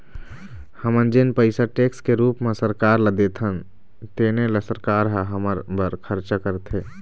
हमन जेन पइसा टेक्स के रूप म सरकार ल देथन तेने ल सरकार ह हमर बर खरचा करथे